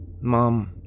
Mom